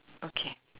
okay